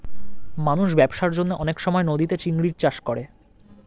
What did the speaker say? মানুষ ব্যবসার জন্যে অনেক সময় নদীতে চিংড়ির চাষ করে